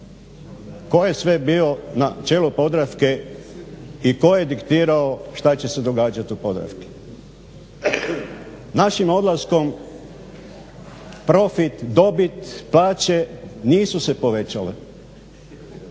Tko je sve bio na čelu Podravke i tko je diktirao šta će se događat u Podravki. Našim odlaskom profit, dobit, plaće nisu se povećale,